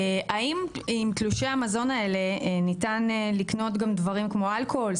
האם עם תלושי המזון האלה ניתן לקנות גם דברים כמו אלכוהול,